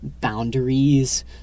boundaries